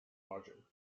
margin